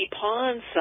pawns